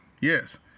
Yes